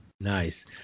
Nice